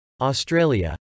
Australia